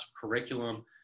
curriculum